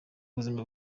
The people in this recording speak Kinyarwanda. buzima